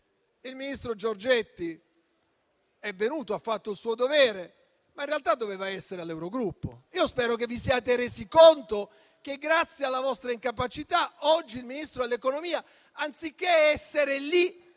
il ministro Giorgetti è venuto in Commissione ed ha fatto il suo dovere, ma in realtà doveva essere all'Eurogruppo. Spero che vi siate resi conto che, grazie alla vostra incapacità, oggi il Ministro dell'economia, anziché essere lì